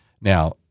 Now